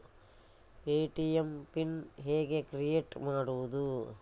ATM PIN ಹೇಗೆ create ಮಾಡುವುದು?